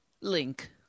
link